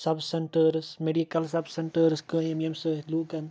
سَب centres medical sub centres قٲیِم ییٚمہِ سۭتۍ لُکَن